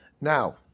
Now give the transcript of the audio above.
Now